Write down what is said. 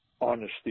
honesty